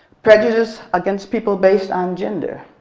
prejudice against people based on gender.